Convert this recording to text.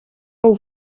fou